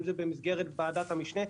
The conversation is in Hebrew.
אם זה במסגרת ועדת המשנה,